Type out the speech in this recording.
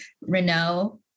Renault